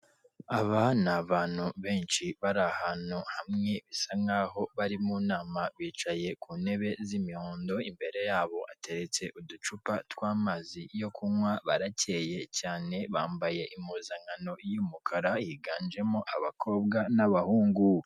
Aba ni abantu benshi bari ahantu hamwe, bisa nk'aho bari mu nama, bicaye ku ntebe z'imihondo, imbere yabo hateretse uducupa tw'amazi yo kunywa, barakeye cyane, bambaye impuzankano y'umukara, higanjemo abakobwa n'abahungu.